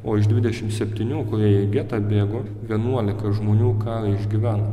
o iš dvidešimt septynių kurie į getą bėgo vienuolika žmonių karą išgyveno